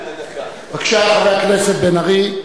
בבקשה, חבר הכנסת בן-ארי.